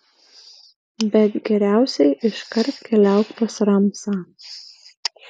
bet geriausiai iškart keliauk pas ramsą